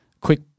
quick